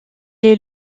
est